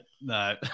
no